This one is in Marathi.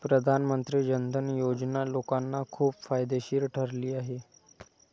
प्रधानमंत्री जन धन योजना लोकांना खूप फायदेशीर ठरली आहे